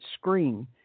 screen